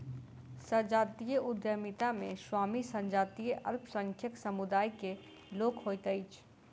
संजातीय उद्यमिता मे स्वामी संजातीय अल्पसंख्यक समुदाय के लोक होइत अछि